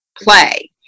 play